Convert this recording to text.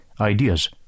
ideas